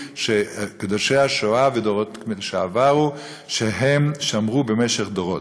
שקדושי השואה ודורות עברו שמרו במשך דורות.